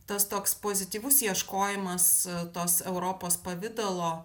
tas toks pozityvus ieškojimas tos europos pavidalo